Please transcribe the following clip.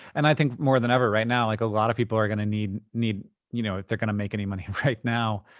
and i think more than ever right now, like, a lot of people are gonna need, you know if they're gonna make any money right now,